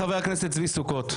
בבקשה, חבר הכנסת צבי סוכות.